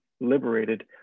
liberated